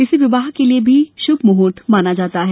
इसे विवाह के लिए भी सबसे शुभ महूर्त माना जाता है